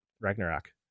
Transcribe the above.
Ragnarok